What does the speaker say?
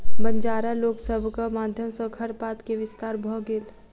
बंजारा लोक सभक माध्यम सॅ खरपात के विस्तार भ गेल